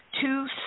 Two